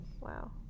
wow